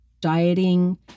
Dieting